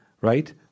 right